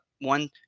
One